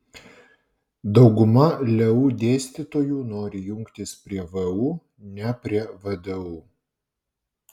dauguma leu dėstytojų nori jungtis prie vu ne prie vdu